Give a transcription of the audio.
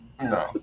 No